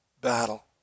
battle